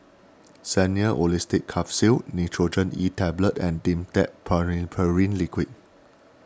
Xenical Orlistat Capsules Nurogen E Tablet and Dimetapp Phenylephrine Liquid